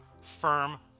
firm